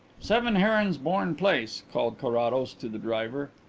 seven heronsbourne place, called carrados to the driver.